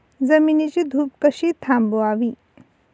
जमिनीची धूप कशी थांबवावी?